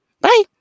Bye